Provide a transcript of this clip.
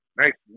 nice